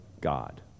God